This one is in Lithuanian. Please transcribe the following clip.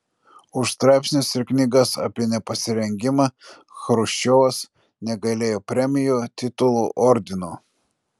už straipsnius ir knygas apie nepasirengimą chruščiovas negailėjo premijų titulų ordinų